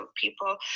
people